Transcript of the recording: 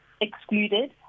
excluded